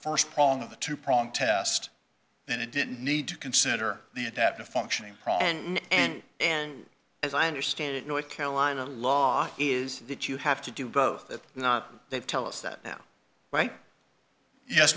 first prong of the two prong test then it didn't need to consider the adaptive functioning and and as i understand it north carolina law is that you have to do both if not they tell us that now right yes